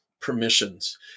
permissions